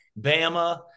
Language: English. Bama